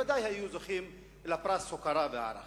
הם בוודאי היו זוכים לפרס הוקרה והערכה.